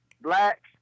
black